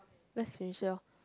lets finish it all